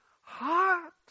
heart